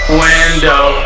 window